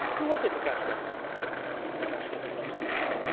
who was it, lukashka lukashka did not answer.